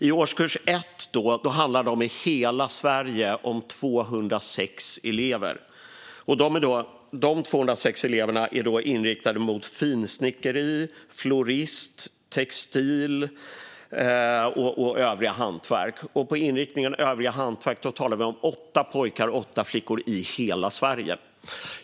I årskurs 1 handlar det i hela Sverige om 206 elever som är inriktade mot finsnickeri, florist, textil och övriga hantverk. På inriktningen övriga hantverk pratar vi om 8 pojkar och 8 flickor i hela Sverige.